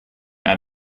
ein